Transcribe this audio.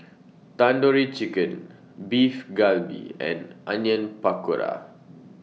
Tandoori Chicken Beef Galbi and Onion Pakora